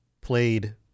played